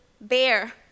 bear